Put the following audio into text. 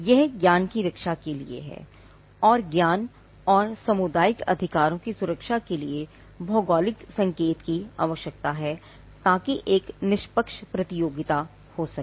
यह ज्ञान की रक्षा के लिए है हमें ज्ञान और सामुदायिक अधिकारों की सुरक्षा के लिए भौगोलिक संकेत की आवश्यकता है ताकि एक निष्पक्ष प्रतियोगिता हो सके